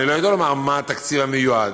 אני לא יודע לומר מה התקציב המיועד,